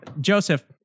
Joseph